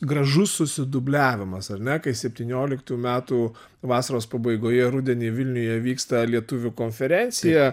gražus susidubliavimas ar ne kai septynioliktų metų vasaros pabaigoje rudenį vilniuje vyksta lietuvių konferencija